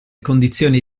condizioni